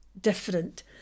different